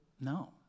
No